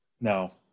No